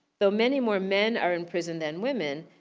though many more men are in prison than women,